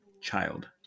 child